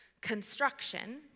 construction